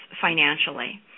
financially